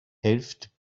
helft